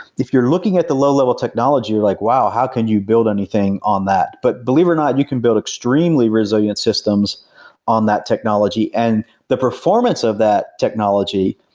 if you're looking at the low-level technology like, wow, how can you build anything on that? but believe it or not, you can build extremely resilient systems on that technology and the performance of that technology,